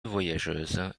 voyageuse